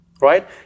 right